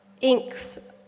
inks